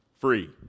free